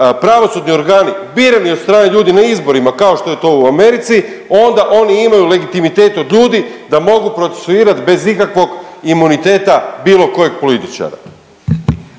pravosudni organi birani od strane ljudi na izborima kao što je to u Americi onda oni imaju legitimitet od ljudi da mogu procesuirati bez ikakvog imuniteta bilo kojeg političara.